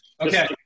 Okay